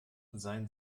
seien